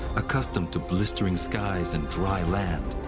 accustomed to blistering skies and dry land.